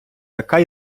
така